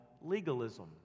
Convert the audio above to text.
legalism